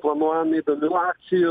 planuojame įdomių akcijų